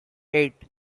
eight